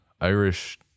Irish